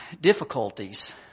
Difficulties